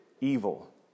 evil